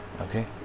Okay